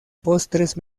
postres